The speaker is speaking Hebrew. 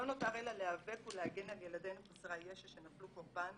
לא נותר אלא להיאבק ולהגן על ילדנו חסרי הישע שנפלו קורבן